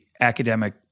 academic